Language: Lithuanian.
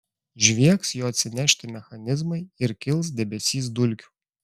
žviegs jo atsinešti mechanizmai ir kils debesys dulkių